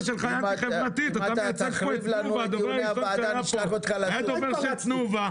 אתה מייצג פה את תנובה.